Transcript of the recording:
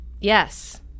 Yes